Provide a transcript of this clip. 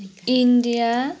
India